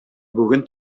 бүген